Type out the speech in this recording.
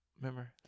Remember